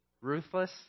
ruthless